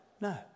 No